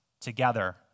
together